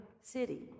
city